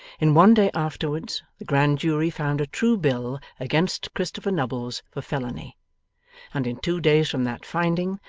in one day afterwards, the grand jury found a true bill against christopher nubbles for felony and in two days from that finding,